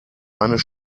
eines